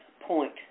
point